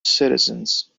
citizens